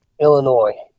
Illinois